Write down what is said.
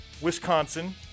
Wisconsin